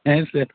হ্যাঁ স্যার